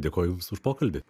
dėkoj jums už pokalbį